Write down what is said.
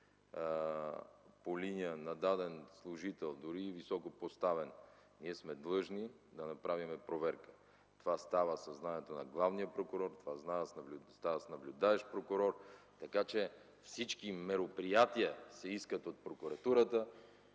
по линия на даден служител, дори и високопоставен, ние сме длъжни да направим проверка. Това става със знанието на главния прокурор, това става с наблюдаващ прокурор, така че всички мероприятия се искат от прокуратурата